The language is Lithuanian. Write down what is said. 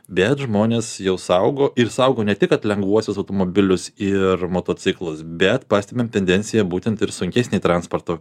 bet žmonės jau saugo ir saugo ne tik kad lengvuosius automobilius ir motociklus bet pastebim tendenciją būtent ir sunkesnį transporto